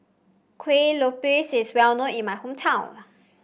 Kuih Lopes is well known in my hometown